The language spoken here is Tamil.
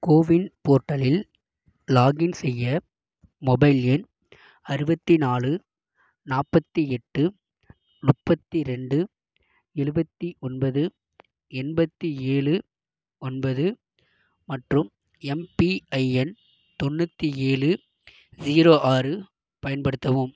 கோவின் போர்ட்டலில் லாக்இன் செய்ய மொபைல் எண் அறுபத்தி நாலு நாற்பத்தி எட்டு முப்பத்தி ரெண்டு எழுவத்தி ஒன்பது எண்பத்தி ஏழு ஒன்பது மற்றும் எம்பிஐஎன் தொண்ணூத்தி ஏழு ஸீரோ ஆறு பயன்படுத்தவும்